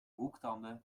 hoektanden